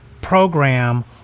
program